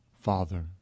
father